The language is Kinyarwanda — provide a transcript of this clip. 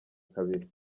kabiri